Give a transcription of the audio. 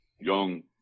young